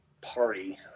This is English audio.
party